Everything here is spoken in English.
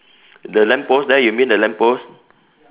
the lamp post there you mean the lamp post